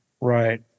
Right